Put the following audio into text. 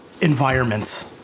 environments